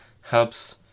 helps